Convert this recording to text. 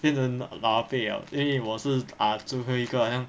变成老老 ah bei liao 因为我是 ah 最后一个好像